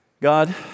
God